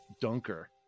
dunker